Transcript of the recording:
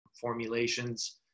formulations